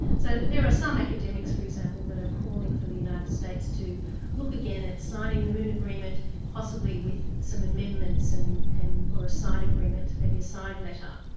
so there are some academics, for example, that are calling for the united states to look again at signing the moon agreement, possibly with some amendments and and or a side agreement, maybe a side letter.